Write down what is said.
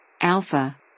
Alpha